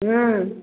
ह्म्म